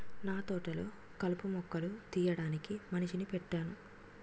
నాతోటలొ కలుపు మొక్కలు తీయడానికి మనిషిని పెట్టేను